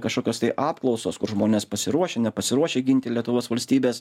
kažkokios tai apklausos kur žmonės pasiruošę nepasiruošę ginti lietuvos valstybės